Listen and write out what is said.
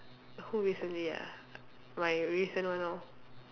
who recently ah my recent one lor